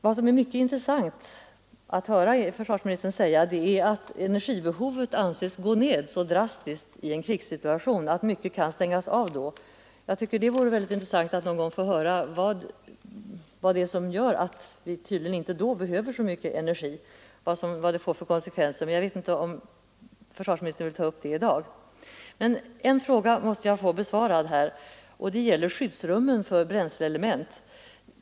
Det är mycket intressant att höra försvarsministern säga att energibehovet anses gå ned så drastiskt i en krigssituation därför att mycket kan stängas av då. Det vore av intresse att få höra vad som gör att vi tydligen inte i en sådan situation behöver lika mycket energi som annars och vad det får för konsekvenser, men jag vet inte om försvarsministern vill ta upp det i dag. En fråga måste jag få besvarad, och den gäller skyddsrummen för bränsleelement.